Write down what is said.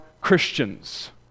Christians